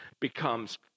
becomes